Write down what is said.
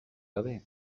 gabe